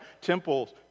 temples